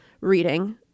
reading